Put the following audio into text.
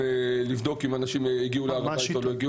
לבדוק אם אנשים הגיעו להר הבית או לא.